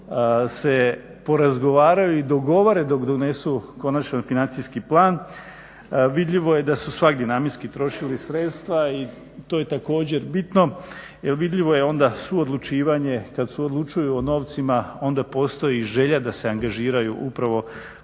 se porazgovaraju i dogovore dok donesu konačan financijski plan. Vidljivo je da su svagdje namjenski trošili sredstva i to je također bitno, jer vidljivo je onda suodlučivanje kad suodlučuju o novcima onda postoji želja da se angažiraju upravo